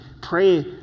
pray